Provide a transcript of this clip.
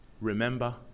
remember